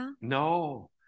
No